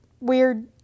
weird